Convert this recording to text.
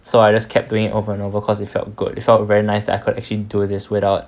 so I just kept doing it over and over cause it felt good it felt very nice that I could actually do this without